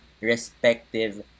respective